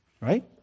right